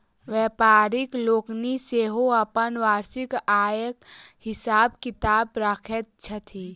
व्यापारि लोकनि सेहो अपन वार्षिक आयक हिसाब किताब रखैत छथि